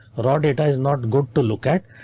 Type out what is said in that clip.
raw data is not good to look at,